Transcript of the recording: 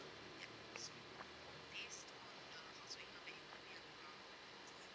okay